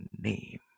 name